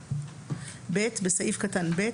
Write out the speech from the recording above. השנייה"; בסעיף קטן (ב),